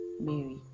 Mary